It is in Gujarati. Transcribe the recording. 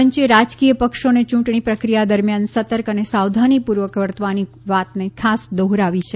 પંચે રાજકીય પક્ષોને યૂંટણી પ્રક્રિયા દરમિયાન સર્તક અને સાવધાનીપૂર્વક વર્તવાની વાત ખાસ દોહરાવી છે